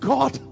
God